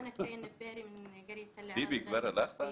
אני מהכפר הלא מוכר טלארה, כפיה